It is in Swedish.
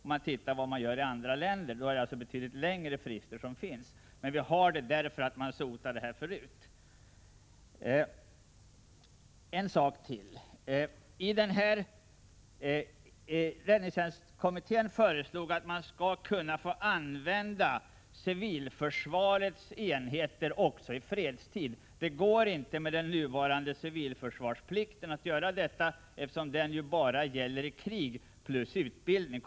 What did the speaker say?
Jämför vi med vad som gäller i andra länder finner vi att där finns betydligt längre frister. Men vi har de gällande fristerna därför att man tidigare har sotat med dessa mellanrum. Jag vill ta upp en sak till. Räddningstjänstkommittén föreslog att man skail kunna få använda civilförsvarets enheter också i fredstid. Det går inte med den nuvarande civilförsvarsplikten, eftersom den enbart gäller i krig plus under utbildning.